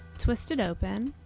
twist it open.